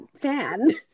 fan